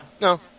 No